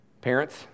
Parents